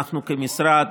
אתה רואה,